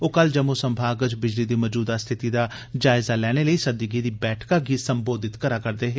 ओ कल जम्मू संभाग च बिजली दी मजूदा स्थिति दा जायजा लैने लेई सद्दी गेदी बैठका गी सम्बोधित करै करदे है